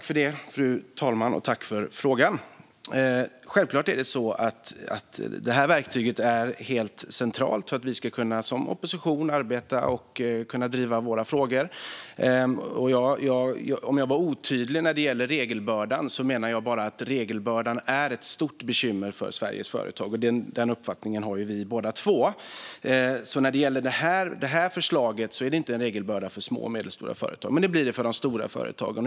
Fru talman! Jag tackar för frågan. Det här verktyget är helt centralt för att vi som opposition ska kunna arbeta och driva våra frågor. Jag kanske var otydlig om regelbördan. Jag menade bara att regelbördan är ett stort bekymmer för Sveriges företag; den uppfattningen har ju både jag och Mathias Tegnér. Det här förslaget innebär inte en regelbörda för små och medelstora företag, men det gör det för de stora företagen.